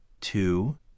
two